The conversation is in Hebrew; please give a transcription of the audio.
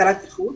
בקרת איכות,